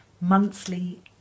monthly